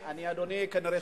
אני כנראה,